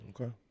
Okay